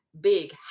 big